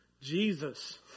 Jesus